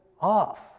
off